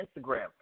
Instagram